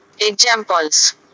Examples